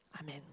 Amen